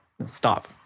Stop